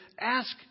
ask